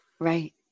Right